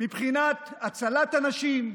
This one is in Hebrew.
מבחינת הצלת אנשים,